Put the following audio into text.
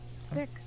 sick